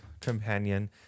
companion